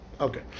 Okay